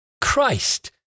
Christ